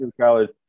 college